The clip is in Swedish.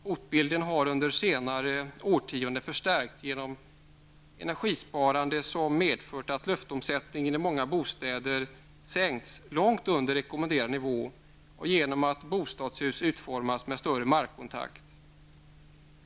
Hotbilden har under senare årtionden förstärkts genom energisparande, som medfört att luftomsättningen i många bostäder sänkts långt under rekommenderad nivå, och genom att bostadshus utformats med större markkontakt.